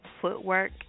footwork